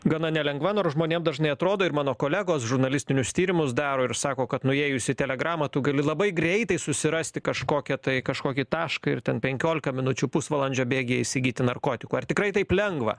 gana nelengva nors žmonėm dažnai atrodo ir mano kolegos žurnalistinius tyrimus daro ir sako kad nuėjus į telegramą tu gali labai greitai susirasti kažkokią tai kažkokį tašką ir ten penkiolika minučių pusvalandžio bėgyje įsigyti narkotikų ar tikrai taip lengva